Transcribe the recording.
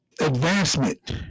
advancement